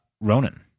Ronan